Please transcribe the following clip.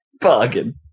bargain